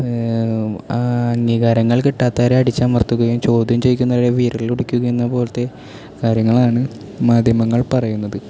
അംഗീകാരങ്ങൾ കിട്ടാത്തവരെ അടിച്ചമർത്തുകയും ചോദ്യം ചെയ്യുന്നവരെ വിരൽ ഒടിക്കുകയും എന്നപോലത്തെ കാര്യങ്ങളാണ് മാധ്യമങ്ങൾ പറയുന്നത്